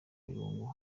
irungu